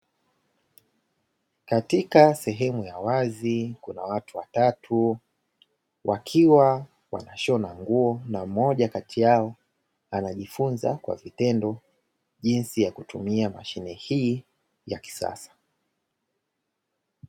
Katika sehemu ya wazi, kuna watu watatu wakiwa wanashona nguo, na mmoja kati yao anajifunza kwa vitendo jinsi ya kutumia mashine hii ya kisasa.